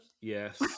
Yes